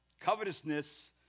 Covetousness